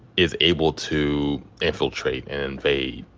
is able to infiltrate and invade,